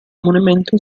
comunemente